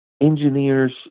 engineer's